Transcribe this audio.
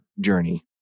journey